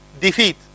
defeat